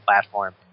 platform